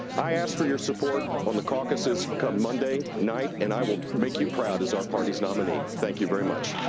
i ask for your support on the caucuses come monday night and i will make you proud as our party's nominee. thank you very much.